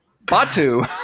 Batu